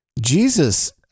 Jesus